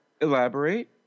elaborate